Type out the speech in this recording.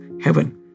heaven